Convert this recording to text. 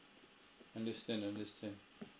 understand understand